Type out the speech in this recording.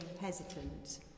hesitant